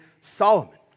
Solomon